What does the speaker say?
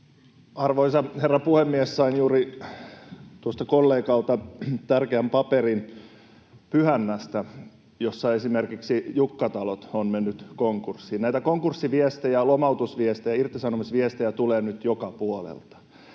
Arvoisa herra puhemies! Sain juuri tuosta kollegalta tärkeän paperin Pyhännästä, jossa Jukkatalo on mennyt konkurssiin. Näitä konkurssiviestejä, lomautusviestejä ja irtisanomisviestejä tulee nyt joka puolelta.